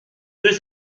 deux